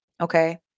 Okay